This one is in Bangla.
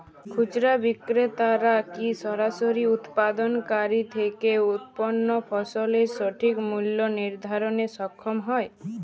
খুচরা বিক্রেতারা কী সরাসরি উৎপাদনকারী থেকে উৎপন্ন ফসলের সঠিক মূল্য নির্ধারণে সক্ষম হয়?